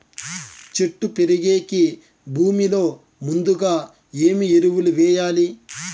చెట్టు పెరిగేకి భూమిలో ముందుగా ఏమి ఎరువులు వేయాలి?